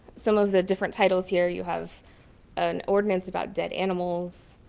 some of the different titles here. you have an ordinance about dead animals.